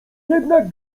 jednak